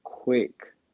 Quick